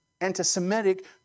anti-Semitic